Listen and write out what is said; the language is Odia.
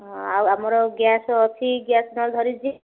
ହଁ ଆଉ ଆମର ଗ୍ୟାସ୍ ଅଛି ଗ୍ୟାସ୍ ନହେଲେ ଧରିଛି